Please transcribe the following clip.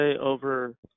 over